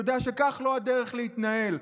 ויודע שכך לא הדרך להתנהל.